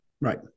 Right